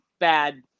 bad